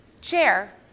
chair